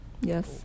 Yes